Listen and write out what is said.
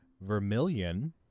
Vermilion